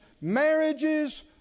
marriages